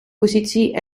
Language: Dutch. positie